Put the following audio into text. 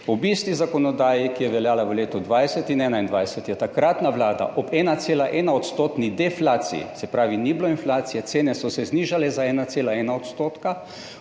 ob isti zakonodaji, ki je veljala v letu 2020 in 2021, je takratna vlada ob 1,1-odstotni deflaciji, se pravi, ni bilo inflacije, cene so se znižale za 1,1 %, takrat